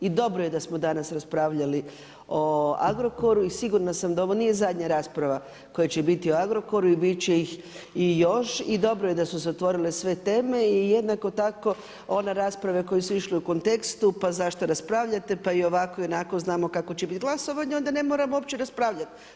I dobro je da smo danas raspravljali o Agrokoru i sigurna sam da ovo nije zadnja rasprava koja će biti o Agrokoru i biti će ih i još i dobro je da su se otvorile sve teme i jednako tako ona rasprava koje su išle u kontekstu, pa zašto raspravljate, pa i ovako i onako znamo kakvo će biti glasovanje, onda ne moramo uopće raspravljati.